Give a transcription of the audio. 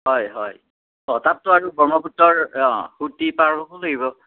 হয় হয় অঁ তাততো আৰু ব্ৰহ্মপুত্ৰৰ অঁ সূতি পাৰ হ'ব লাগিব